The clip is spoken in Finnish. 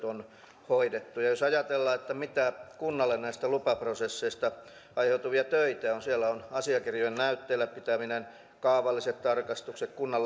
on hoidettu ja jos ajatellaan mitä kunnalle näistä lupaprosesseista aiheutuvia töitä on niin siellä on asiakirjojen näytteillä pitäminen kaavalliset tarkastukset kunnan